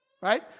Right